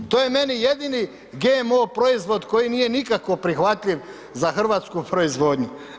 To je meni jedini GMO proizvod koji nije nikako prihvatljiv za hrvatsku proizvodnju.